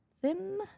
thin